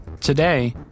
Today